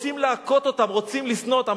רוצים להכות אותם, רוצים לשנוא אותם.